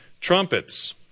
trumpets